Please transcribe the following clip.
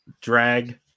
Drag